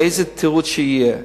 באיזה תירוץ שיהיה.